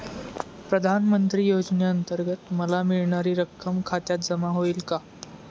प्रधानमंत्री योजनेअंतर्गत मला मिळणारी रक्कम खात्यात जमा होईल का?